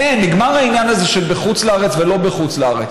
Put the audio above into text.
נגמר העניין הזה של בחוץ-לארץ ולא בחוץ-לארץ.